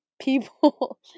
people